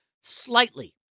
slightly